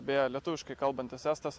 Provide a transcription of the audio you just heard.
beje lietuviškai kalbantis estas